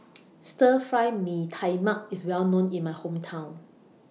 Stir Fry Mee Tai Mak IS Well known in My Hometown